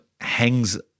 hangs